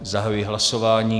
Zahajuji hlasování.